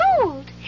cold